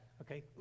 okay